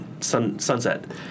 sunset